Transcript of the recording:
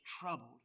troubled